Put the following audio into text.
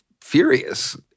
furious